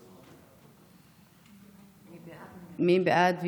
מי בעד?